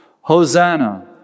Hosanna